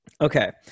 Okay